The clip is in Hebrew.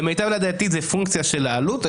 למיטב ידיעתי זה פונקציה של העלות.